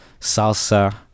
salsa